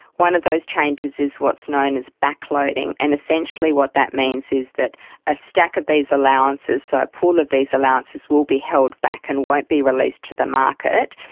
one of those changes is what is so known as back loading. and essentially what that means is that a stack of these allowances, so a pool of these allowances will be held back and won't be released to the market.